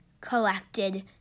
collected